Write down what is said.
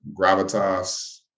gravitas